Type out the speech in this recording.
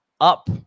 Up